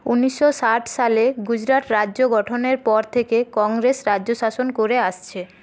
ঊনিশো ষাট সালে গুজরাট রাজ্য গঠনের পর থেকে কংগ্রেস রাজ্য শাসন করে আসছে